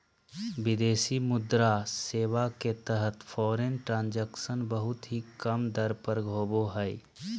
विदेशी मुद्रा सेवा के तहत फॉरेन ट्रांजक्शन बहुत ही कम दर पर होवो हय